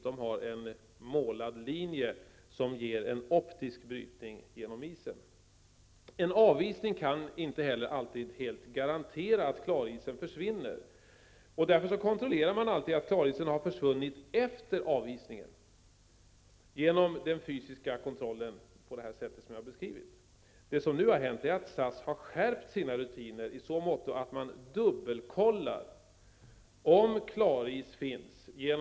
På deras flygplan finns en målad linje som ger en optisk brytning genom isen. En avisning kan inte heller helt garantera att klarisen försvinner. Därför kontrollerar man alltid efter avisning att klarisen har försvunnit genom den fysiska kontrollen, så som jag har beskrivit den. SAS har nu skärpt sina rutiner i så måtto att man dubbelkollar om klaris finns.